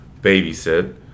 babysit